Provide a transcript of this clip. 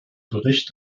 bericht